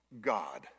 God